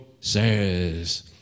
says